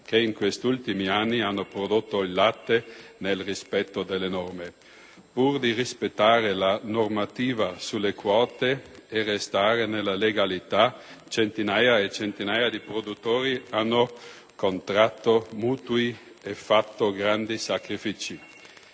che in questi ultimi anni hanno prodotto il latte nel rispetto delle norme. Pur di rispettare la normativa sulle quote e restare nella legalità, centinaia e centinaia di produttori hanno contratto mutui e fatto grandi sacrifici.